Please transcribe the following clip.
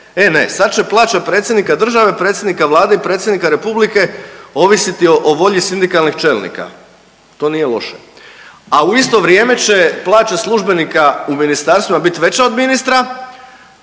E ne, sad će plaća predsjednika države, predsjednika vlade i predsjednika republike ovisiti o volji sindikalnih čelnika. To nije loše, a u isto vrijeme će plaće službenika u ministarstvima biti veća od ministra,